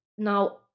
Now